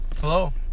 Hello